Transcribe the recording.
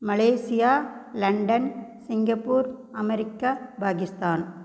Malaysia London Singapore America Pakistan